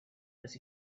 was